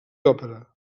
òpera